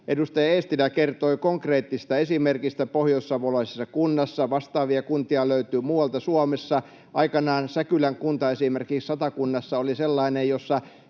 Edustaja Eestilä kertoi konkreettisesta esimerkistä pohjoissavolaisessa kunnassa. Vastaavia kuntia löytyy muualta Suomessa. Aikanaan esimerkiksi Säkylän kunta Satakunnassa oli sellainen, jossa